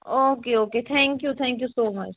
okay okay thank you thank you so much